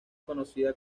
conocida